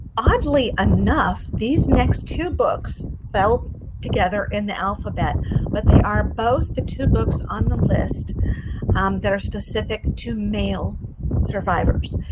oddly enough, these next two books fell together in the alphabet but they are both the two books on the list that are specific to male survivors.